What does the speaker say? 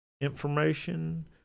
information